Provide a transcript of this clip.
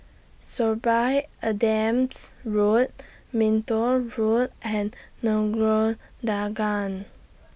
Sorby Adams Drive Minto Road and Nagore Dargah